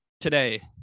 today